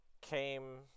came